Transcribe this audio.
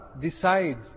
decides